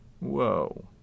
Whoa